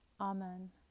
Amen